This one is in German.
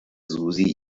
susi